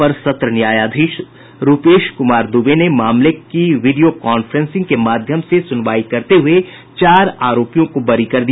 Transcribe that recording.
अपर सत्र न्यायाधीश रुपेश क्मार दूबे ने मामले की वीडियो कान्फ्रेंसिंग के माध्यम से सुनवाई करते हुए चार आरोपियों को बरी कर दिया